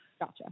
Gotcha